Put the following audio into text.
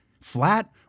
Flat